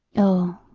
oh!